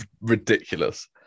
ridiculous